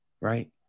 right